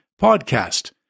podcast